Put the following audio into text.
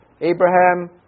Abraham